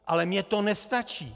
Ale mně to nestačí!